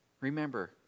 Remember